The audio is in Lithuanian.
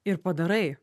ir padarai